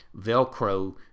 velcro